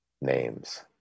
names